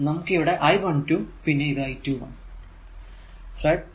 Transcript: നമുക്ക് ഇവിടെ I12 പിന്നെ ഇത് I21